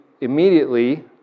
immediately